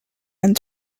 and